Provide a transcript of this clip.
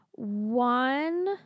One